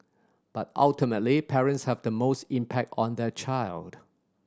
but ultimately parents have the most impact on the child